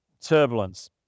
turbulence